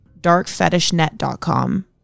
darkfetishnet.com